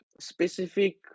specific